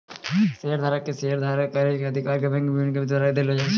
शेयरधारक के शेयर धारण करै के अधिकार बैंक विनियमन के द्वारा देलो जाय छै